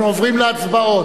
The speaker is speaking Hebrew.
אנחנו עוברים להצבעות.